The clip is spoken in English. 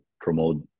promote